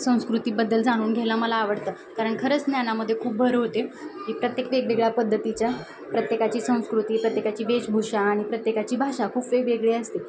संस्कृतीबद्दल जाणून घ्यायला मला आवडतं कारण खरंच ज्ञानामध्ये खूप भर होते की प्रत्येक वेगवेगळ्या पद्धतीच्या प्रत्येकाची संस्कृती प्रत्येकाची वेशभूषा आणि प्रत्येकाची भाषा खूप वेगवेगळी असते